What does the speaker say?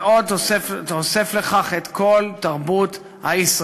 ועוד תוסיף על כך את כל תרבות הישראבלוף.